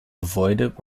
avoided